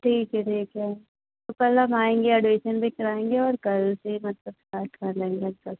ठीक है ठीक है तो कल हम आएँगे एडमीसन भी कराएँगे और कल से मतलब इस्टार्ट कर लेंगे सब